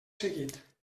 seguit